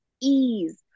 ease